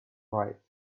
right